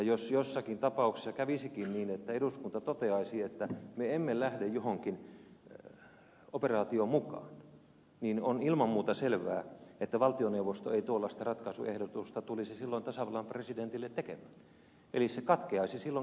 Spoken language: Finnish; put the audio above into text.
jos jossakin tapauksessa kävisikin niin että eduskunta toteaisi että me emme lähde johonkin operaatioon mukaan niin on ilman muuta selvää että valtioneuvosto ei tuollaista ratkaisuehdotusta tulisi silloin tasavallan presidentille tekemään eli se katkeaisi silloin kerta kaikkiaan siihen